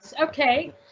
okay